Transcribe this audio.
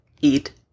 eat